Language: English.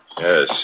Yes